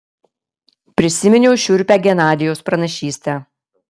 prisiminiau šiurpią genadijaus pranašystę